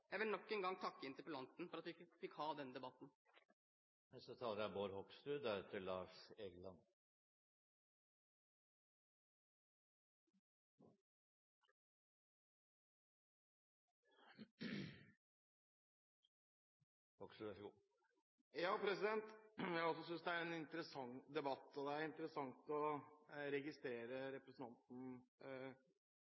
Jeg vil nok en gang takke interpellanten for at vi fikk ha denne debatten. Jeg synes også det er en interessant debatt. Det er interessant å registrere